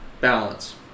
balance